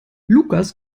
lukas